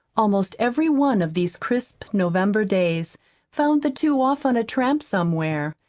almost every one of these crisp november days found the two off on a tramp somewhere.